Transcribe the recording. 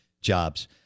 jobs